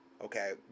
Okay